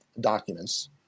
documents